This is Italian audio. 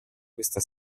questa